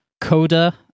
Coda